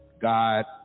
god